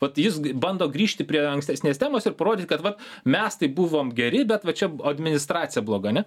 vat jis bando grįžti prie ankstesnės temos ir parodyt kad vat mes buvom geri bet va čia administracija bloga ane